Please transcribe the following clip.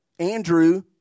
Andrew